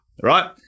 right